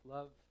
Love